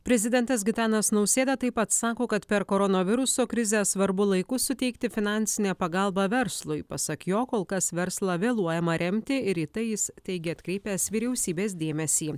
prezidentas gitanas nausėda taip pat sako kad per koronaviruso krizę svarbu laiku suteikti finansinę pagalbą verslui pasak jo kol kas verslą vėluojama remti ir į tai jis teigė atkreipęs vyriausybės dėmesį